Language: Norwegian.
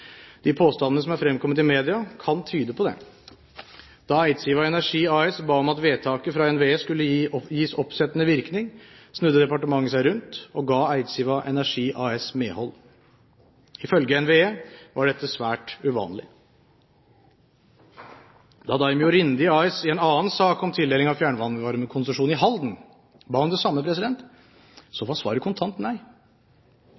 De påstandene som er fremkommet i media, kan tyde på det. Da Eidsiva Energi AS ba om at vedtaket fra NVE skulle gis oppsettende virkning, snudde departementet seg rundt og ga Eidsiva Energi AS medhold. Ifølge NVE var dette svært uvanlig. Da Daimyo Rindi AS i en annen sak om tildeling av fjernvarmekonsesjon i Halden ba om det samme,